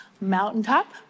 mountaintop